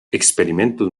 experimentos